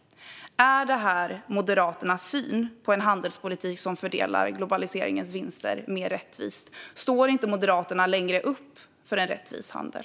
Är detta Moderaternas syn på en handelspolitik som fördelar globaliseringens vinster mer rättvist? Står inte Moderaterna längre upp för en rättvis handel?